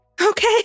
Okay